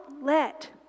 let